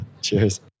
cheers